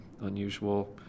unusual